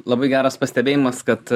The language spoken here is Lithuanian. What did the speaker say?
labai geras pastebėjimas kad